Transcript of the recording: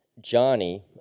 Johnny